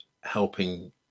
helping